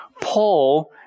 Paul